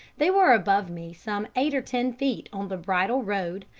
they were above me some eight or ten feet on the bridle-road,